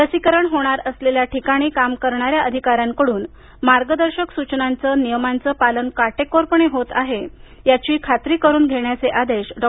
लसीकरण होणार असलेल्या ठिकाणी काम करणाऱ्या अधिकाऱ्यांकडून मार्गदर्शक सूचनांचे नियमांचे पालन काटेकोरपणे होत आहे याची खातरी करून घेण्याचे आदेश डॉ